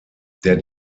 der